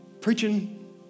Preaching